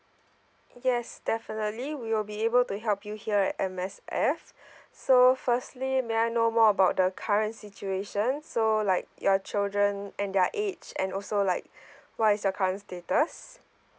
yes definitely we will be able to help you here at M_S_F so firstly may I know more about the current situation so like your children and their age and also like what is your current status